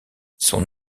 son